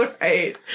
right